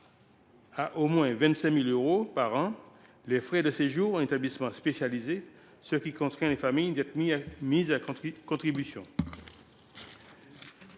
à au moins 25 000 euros par an les frais de séjour en établissement spécialisé, de sorte que les familles doivent être mises à contribution.